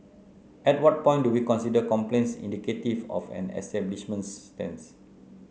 at what point do we consider complaints indicative of an establishment's stance